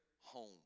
home